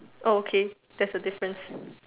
oh okay that's the difference